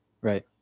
Right